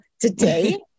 today